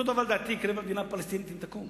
אותו דבר, לדעתי, יקרה במדינה הפלסטינית אם תקום.